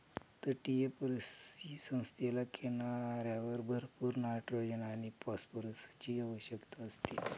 तटीय परिसंस्थेला किनाऱ्यावर भरपूर नायट्रोजन आणि फॉस्फरसची आवश्यकता असते